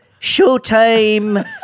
Showtime